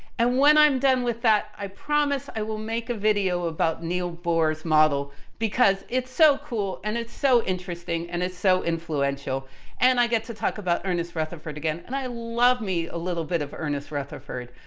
and when i'm done with that, i promise i will make a video about neil bohr's model because it's so cool and it's so interesting and it's so influential and i get to talk about ernest rutherford again and i love me a little bit of ernest rutherford.